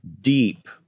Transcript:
deep